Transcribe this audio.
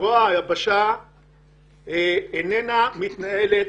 זרוע היבשה איננה מתנהלת.